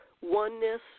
oneness